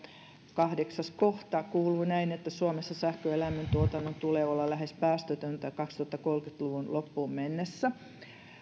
kahdeksas kohta kuuluu näin suomessa sähkön ja lämmön tuotannon tulee olla lähes päästötöntä kaksituhattakolmekymmentä luvun loppuun mennessä